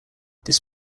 this